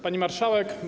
Pani Marszałek!